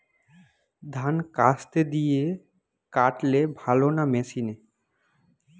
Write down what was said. ধান কাস্তে দিয়ে কাটলে ভালো না মেশিনে?